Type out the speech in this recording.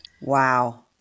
Wow